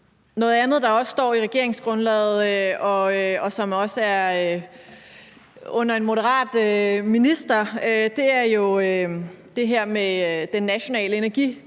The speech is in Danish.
Noget andet, der også står i regeringsgrundlaget, og som også hører under en af Moderaternes ministre, er jo det her med den nationale energikrisestab,